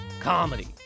comedy